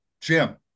Jim